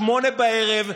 20:00,